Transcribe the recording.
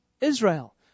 Israel